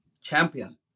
champion